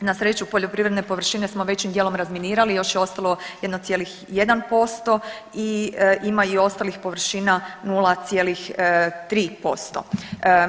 Na sreću, poljoprivredne površine smo većim dijelom razminirali, još je ostalo 1,1% i ima i ostalim površina, 0,3%